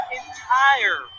entire